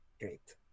Great